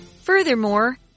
Furthermore